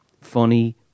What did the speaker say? funny